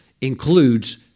includes